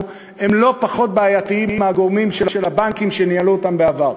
הם לא פחות בעייתיים מהגורמים של הבנקים שניהלו אותם בעבר.